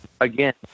again